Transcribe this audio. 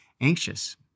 anxious